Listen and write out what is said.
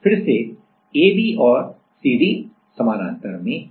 फिर से AB और CD समानांतर में हैं